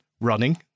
running